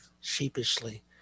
sheepishly